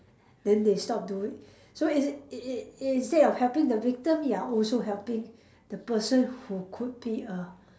then they stop do it so it it it it it instead of helping the victim you are also helping the person who could be a